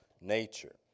nature